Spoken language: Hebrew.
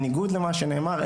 בניגוד למה שנאמר,